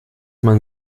man